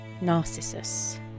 Narcissus